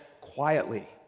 quietly